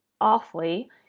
awfully